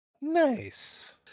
Nice